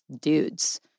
dudes